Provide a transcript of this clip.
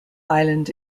island